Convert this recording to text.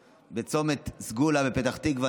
בצומת סגולה בפתח תקווה,